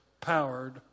Powered